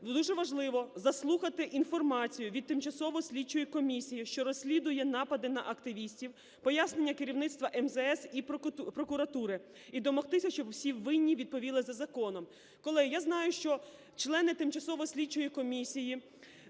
Дуже важливо заслухати інформацію від тимчасової слідчої комісії, що розслідує напади на активістів, пояснення керівництва МЗС і прокуратури, і домогтися, щоб всі винні відповіли за законом. Колеги, я знаю, що члени тимчасової слідчої комісії,